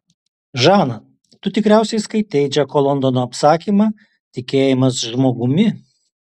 žana tu tikriausiai skaitei džeko londono apsakymą tikėjimas žmogumi